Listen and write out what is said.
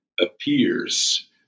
appears